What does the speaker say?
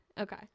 Okay